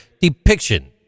depiction